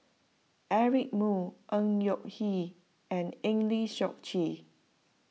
Eric Moo Ng Yak and Eng Lee Seok Chee